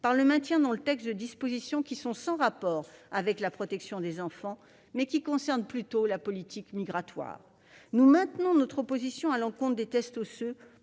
par le maintien dans le texte de dispositions qui sont sans rapport avec la protection des enfants, mais qui concernent plutôt la politique migratoire. Nous maintenons notre opposition aux tests osseux